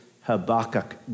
Habakkuk